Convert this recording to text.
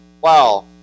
wow